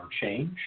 change